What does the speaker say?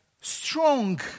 strong